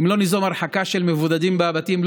אם לא ניזום הרחקה של מבודדים מהבתים,